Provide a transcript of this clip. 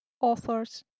authors